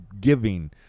giving